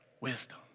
Wisdom